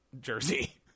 jersey